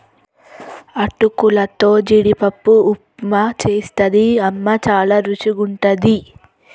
అటుకులతో జీడిపప్పు ఉప్మా చేస్తది అమ్మ చాల రుచిగుంటది